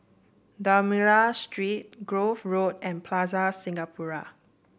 D'Almeida Street Grove Road and Plaza Singapura